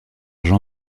jean